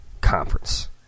conference